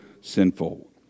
sinful